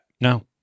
No